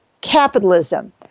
capitalism